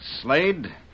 Slade